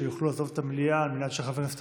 שיוכלו לעזוב את המליאה על מנת שחברי כנסת